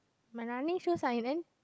my running shoes are in and